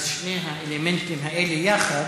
אז שני האלמנטים האלה יחד